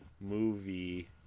movie